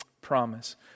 promise